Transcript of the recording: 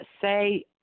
say